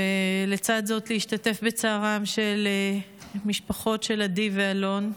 ובצד זאת להשתתף בצערם של המשפחות של עדי ואלון.